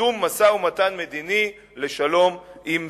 קידום משא-ומתן מדיני לשלום עם סוריה.